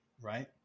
Right